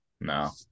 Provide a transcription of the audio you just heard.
No